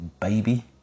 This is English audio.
baby